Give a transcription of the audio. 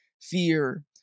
fear